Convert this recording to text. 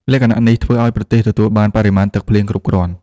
លក្ខណៈនេះធ្វើឱ្យប្រទេសទទួលបានបរិមាណទឹកភ្លៀងគ្រប់គ្រាន់។